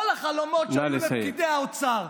כל החלומות שהיו לפקידי האוצר,